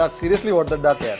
ah seriously, what the duck! yeah